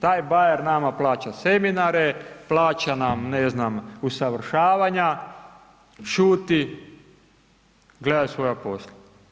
Taj Bayer nama plaća seminare, plaća nam, ne znam, usavršavanja, šuti, gledaj svoja posla.